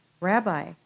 Rabbi